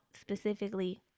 specifically